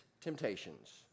temptations